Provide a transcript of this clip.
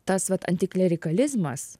tas vat antiklerikalizmas